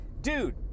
dude